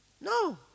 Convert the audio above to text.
No